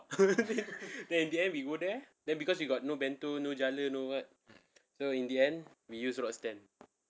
then in the end we go there then because we got no bento no jala no what so in the end we use rod stand